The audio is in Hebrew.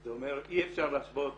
זה אומר, אי אפשר להשוות